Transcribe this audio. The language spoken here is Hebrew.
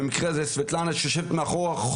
במקרה הזה סבטלנה שיושבת מאחורה,